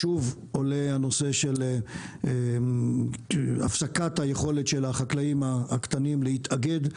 שוב עולה הנושא של הפסקת היכולת של החקלאים הקטנים להתאגד,